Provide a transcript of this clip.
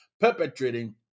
perpetrating